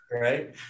Right